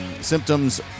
symptoms